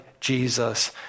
Jesus